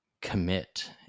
commit